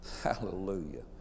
Hallelujah